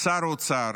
שר האוצר,